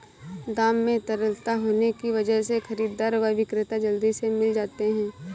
दाम में तरलता होने की वजह से खरीददार व विक्रेता जल्दी से मिल जाते है